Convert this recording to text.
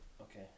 Okay